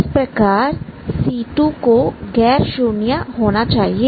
इस प्रकार c2 को गैर शून्य होना चाहिए